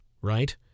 right